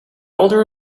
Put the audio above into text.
odor